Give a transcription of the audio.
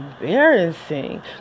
embarrassing